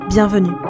Bienvenue